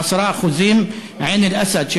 10%; עין-אל-אסד,